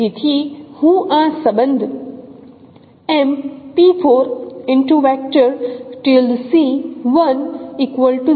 તેથી હું આ સંબંધ તરીકે લખી શકું છું